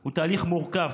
הוא תהליך מורכב.